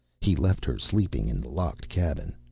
he left her sleeping in the locked cabin.